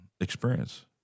experience